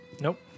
Nope